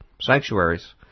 sanctuaries